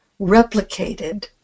replicated